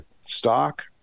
stock